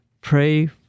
pray